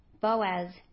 Boaz